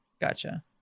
Gotcha